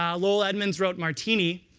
um lowell edmunds wrote martini.